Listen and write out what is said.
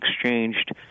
exchanged